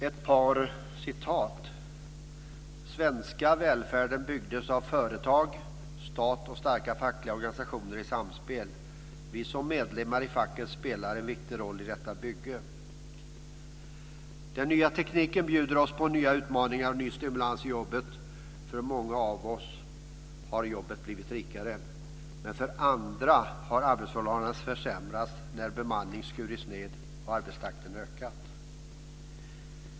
Fru talman! "Svenska välfärden byggdes av företag, stat och starka fackliga organisationer i samspel. Vi som medlemmar i facket spelade en viktig roll i detta bygge." "Den nya tekniken bjuder oss på nya utmaningar och ny stimulans i jobbet. För många av oss har jobbet blivit rikare. Men för andra har arbetsförhållandena försämrats när bemanning skurits ned och arbetstakten ökar."